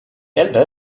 elbe